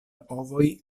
ovoj